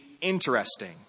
interesting